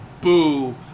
Boo